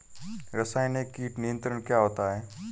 रसायनिक कीट नियंत्रण क्या होता है?